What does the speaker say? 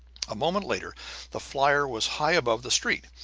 a moment later the flier was high above the street.